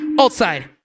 Outside